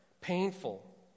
painful